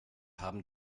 haben